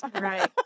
Right